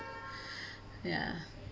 ya